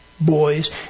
boys